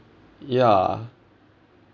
ya